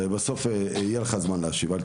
אל תדאג, בסוף יהיה לך זמן להשיב.